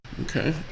Okay